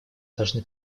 должны